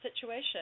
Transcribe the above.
situation